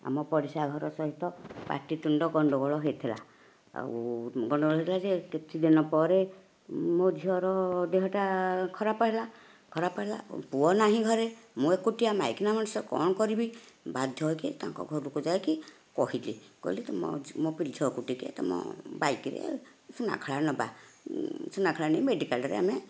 ଆମ ପଡ଼ିଶା ଘର ସହିତ ପାଟିତୁଣ୍ଡ ଗଣ୍ଡଗୋଳ ହୋଇଥିଲା ଆଉ ଗଣ୍ଡଗୋଳ ହୋଇଥିଲା ଯେ କିଛିଦିନ ପରେ ମୋ ଝିଅର ଦେହଟା ଖରାପ ହେଲା ଖରାପ ହେଲା ପୁଅ ନାହିଁ ଘରେ ମୁଁ ଏକୁଟିଆ ମାଇକିନା ମଣିଷ କ'ଣ କରିବି ବାଧ୍ୟ ହୋଇକି ତାଙ୍କ ଘରକୁ ଯାଇକି କହିଲି କହିଲି କି ମାଉସୀ ମୋ ଝିଅକୁ ଟିକେ ତୁମ ବାଇକ୍ରେ ସୁନାଖେଳା ନେବା ସୁନାଖେଳା ନେଇକି ମେଡ଼ିକାଲ୍ରେ ଆମେ